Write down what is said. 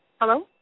Hello